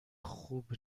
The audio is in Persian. خوب